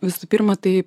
visų pirma tai